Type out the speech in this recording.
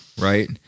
right